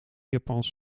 japanse